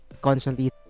constantly